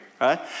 right